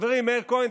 חברי מאיר כהן,